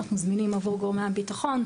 אנחנו זמינים עבור גורמי הביטחון.